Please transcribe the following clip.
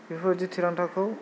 बेफोरबायदि थिरांथाखौ